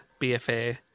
BFA